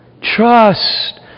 trust